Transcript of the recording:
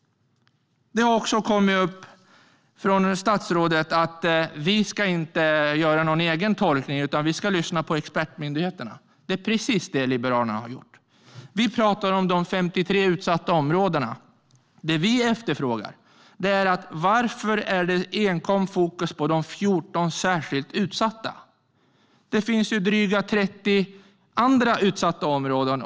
Statsrådet säger också att vi inte ska göra någon egen tolkning, utan vi ska lyssna på expertmyndigheterna. Det är precis det Liberalerna har gjort. Vi pratar om de 53 utsatta områdena. Det vi frågar är varför det är fokus enkom på de 14 särskilt utsatta områdena. Det finns ju drygt 30 andra utsatta områden.